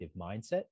mindset